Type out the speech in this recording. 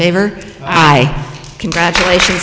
favor congratulations